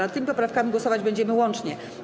Nad tymi poprawkami głosować będziemy łącznie.